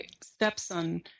stepson